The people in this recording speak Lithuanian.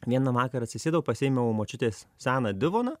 vieną vakarą atsisėdau pasiėmiau močiutės seną divoną